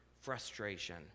frustration